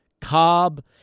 Cobb